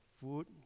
food